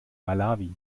malawi